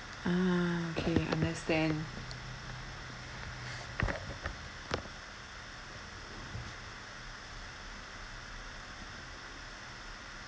ah okay understand